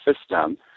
system